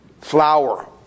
flour